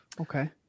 Okay